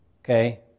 okay